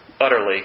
utterly